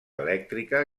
elèctrica